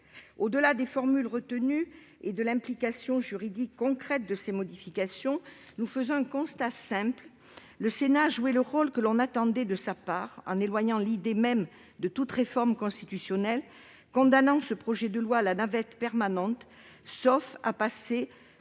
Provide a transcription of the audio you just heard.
Au-delà des formules retenues et de l'implication juridique concrète de ces modifications, nous faisons un constat simple : le Sénat a joué le rôle que l'on attendait de lui en éloignant l'idée même de toute réforme constitutionnelle, condamnant ce projet de loi constitutionnelle à la navette permanente, sauf à recourir